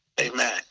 Amen